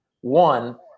One